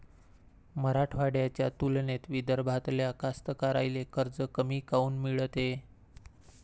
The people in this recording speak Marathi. मराठवाड्याच्या तुलनेत विदर्भातल्या कास्तकाराइले कर्ज कमी काऊन मिळते?